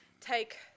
take